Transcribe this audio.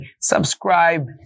subscribe